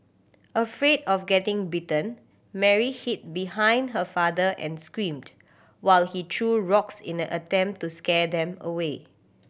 afraid of getting bitten Mary hid behind her father and screamed while he threw rocks in an attempt to scare them away